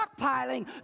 stockpiling